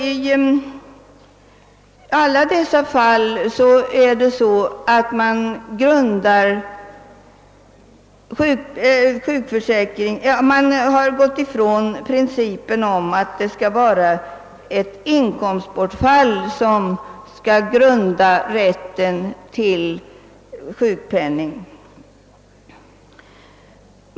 I dessa fall har man gått ifrån principen om att det skall vara ett inkomstbortfall som grundar rätten till sjukpenning.